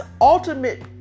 ultimate